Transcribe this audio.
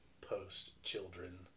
post-children